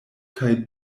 kaj